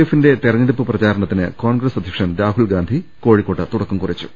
എഫിന്റെ തെരഞ്ഞെടുപ്പ് പ്രചാര ണത്തിന് കോൺഗ്രസ് അധ്യക്ഷൻ രാഹുൽ ഗാന്ധി കോഴി ക്കോട്ട് തുടക്കം കുറിച്ചു